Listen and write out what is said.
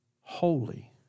Holy